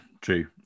true